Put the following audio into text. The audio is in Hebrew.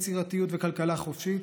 יצירתיות וכלכלה חופשית,